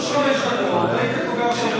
יש חמש דקות,